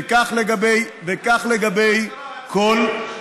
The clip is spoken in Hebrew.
וכך לגבי כל,